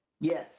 Yes